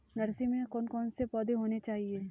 Nursery में कौन कौन से पौधे होने चाहिए?